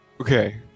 Okay